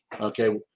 okay